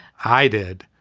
i did